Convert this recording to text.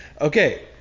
Okay